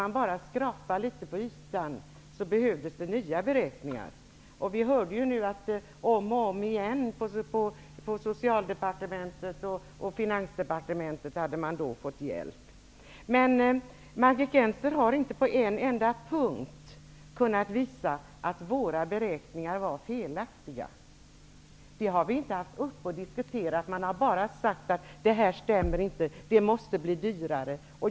Men när man skrapade på ytan förstod man att det behövdes nya beräkningar. Vi fick då höra att Socialdepartementet och Finansdepartementet återigen hade fått hjälp med beräkningarna. Margit Gennser har inte på en enda punkt kunnat visa att våra beräkningar var felaktiga. Frågan har inte diskuterats. Man har bara sagt att siffrorna inte stämmer och att det måste bli dyrare.